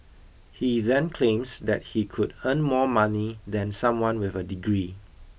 he then claims that he could earn more money than someone with a degree